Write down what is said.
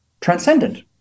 transcendent